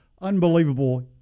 unbelievable